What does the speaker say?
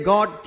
God